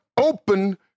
open